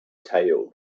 tail